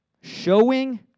showing